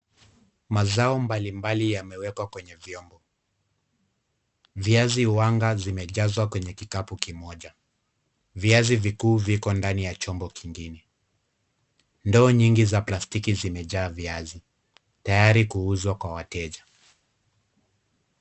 Mazao mbali mbali yameekwa kwenye vyombo, viazi huwanga zimejazwa kwenye kikapu kimoja, viazi vikuu viko ndani ya chombo kingine, ndoo nyingi za plastiki zimejaa viazi tayari kuuzwa kwa wateja.